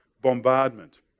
bombardment